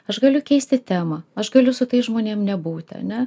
aš galiu keisti temą aš galiu su tais žmonėm nebūti ane